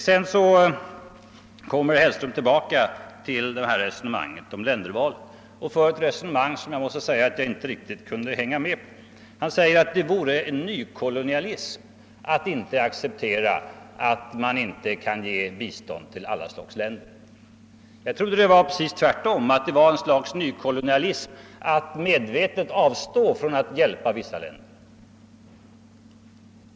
Sedan kommer herr Hellström tillbaka till resonemanget om ländervalet och för en argumentation som jag inte riktigt kan hänga med i. Han menar att det vore nykolonialism att inte acceptera linjen att bistånd inte bör ges till alla slags länder. Jag trodde att det var precis tvärtom, att det vore en sorts nykolonialism att medvetet avstå från att hjälpa vissa länder.